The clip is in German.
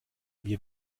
wir